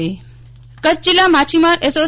નેહલ ઠકકર કચ્છ જિલ્લા માછીમાર એસો